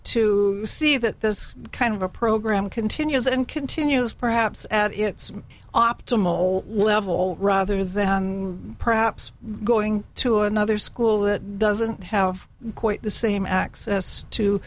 to see that this kind of a program continues and continues perhaps at its optimal level rather than perhaps going to another school that doesn't have quite the same access to